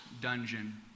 dungeon